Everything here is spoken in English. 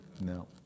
No